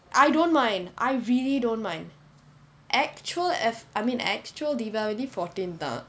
I don't mind I really don't mind actual F I mean actual deepavali fourteen தான்:thaan